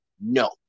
no